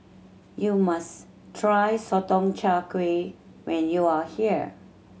you must try Sotong Char Kway when you are here